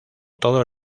todo